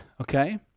okay